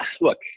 look